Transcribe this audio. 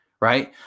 Right